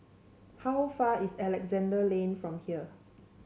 how far is Alexandra Lane from here